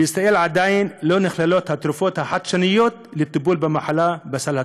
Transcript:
בישראל עדיין לא נכללות התרופות החדשניות לטיפול במחלה בסל התרופות,